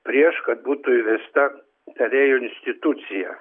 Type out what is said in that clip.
prieš kad būtų įvesta tarėjų institucija